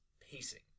pacing